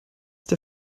der